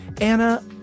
Anna